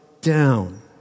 down